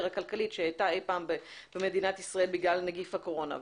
הכלכלית שהייתה אי פעם במדינת ישראל בגלל נגיף הקורונה,